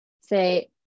say